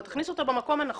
אתה תכניס אותו במקום הנכון.